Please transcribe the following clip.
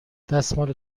دستمال